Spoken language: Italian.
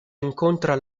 incontra